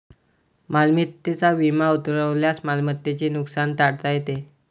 मालमत्तेचा विमा उतरवल्यास मालमत्तेचे नुकसान टाळता येते